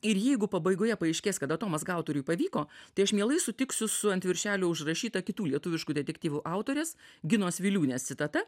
ir jeigu pabaigoje paaiškės kad atomazga autoriui pavyko tai aš mielai sutiksiu su ant viršelio užrašyta kitų lietuviškų detektyvų autorės ginos viliūnės citata